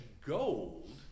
gold